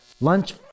Lunch